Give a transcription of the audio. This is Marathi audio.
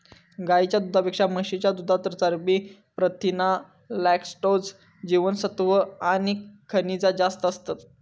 गाईच्या दुधापेक्षा म्हशीच्या दुधात चरबी, प्रथीना, लॅक्टोज, जीवनसत्त्वा आणि खनिजा जास्त असतत